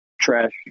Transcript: trash